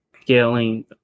scaling